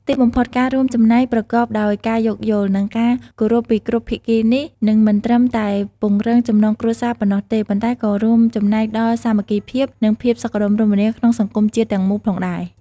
ទីបំផុត ការរួមចំណែកប្រកបដោយការយោគយល់ និងការគោរពពីគ្រប់ភាគីនេះ នឹងមិនត្រឹមតែពង្រឹងចំណងគ្រួសារប៉ុណ្ណោះទេ ប៉ុន្តែក៏រួមចំណែកដល់ សាមគ្គីភាព និងភាពសុខដុមរមនា ក្នុងសង្គមជាតិទាំងមូលផងដែរ។